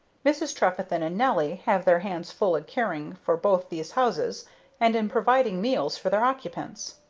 mrs. trefethen and nelly have their hands full in caring for both these houses and in providing meals for their occupants.